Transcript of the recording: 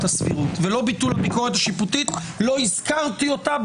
הסבירות ולא ביטול הביקורת השיפוטית לא הזכרתי אותה.